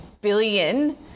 billion